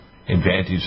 advantage